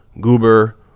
Goober